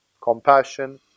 compassion